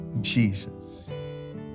Jesus